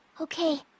Okay